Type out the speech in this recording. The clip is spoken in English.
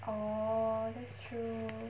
oh that's true